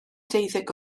deuddeg